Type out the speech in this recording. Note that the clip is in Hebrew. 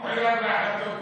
אני מחויב להחלטות ממשלה.